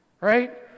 right